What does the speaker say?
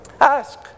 ask